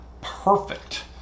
perfect